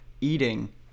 eating